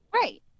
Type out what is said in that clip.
Right